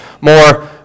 more